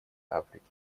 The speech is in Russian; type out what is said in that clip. африки